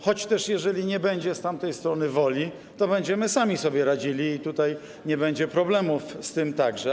Choć też, jeżeli nie będzie z tamtej strony woli, to będziemy sami sobie radzili i tutaj nie będzie problemów z tym także.